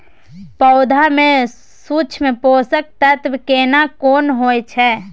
पौधा में सूक्ष्म पोषक तत्व केना कोन होय छै?